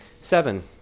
Seven